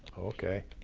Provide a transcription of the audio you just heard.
okay,